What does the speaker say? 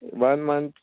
one month